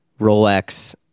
Rolex